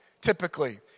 typically